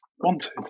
wanted